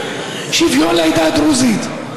שוויון לעדה הדרוזית.